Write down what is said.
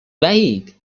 وحید